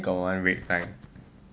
got one red line